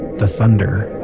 the thunder,